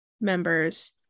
members